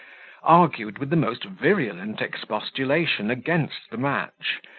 argued with the most virulent expostulation against the match,